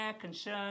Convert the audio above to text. concern